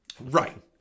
right